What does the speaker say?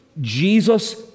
Jesus